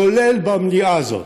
כולל במליאה הזאת.